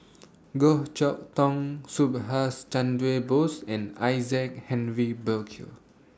Goh Chok Tong Subhas Chandra Bose and Isaac Henry Burkill